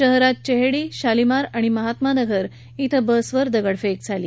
शहरात चेहेडी शालिमार आणि महात्मा नगर इथं बसवर दगडफेक झाली